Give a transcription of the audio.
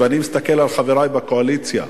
אני מסתכל על חברי בקואליציה,